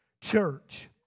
church